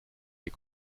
des